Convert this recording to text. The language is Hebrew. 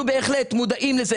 אנחנו בהחלט מודעים לזה,